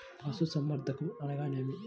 పశుసంవర్ధకం అనగానేమి?